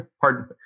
pardon